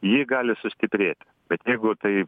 ji gali sustiprėti bet jeigu tai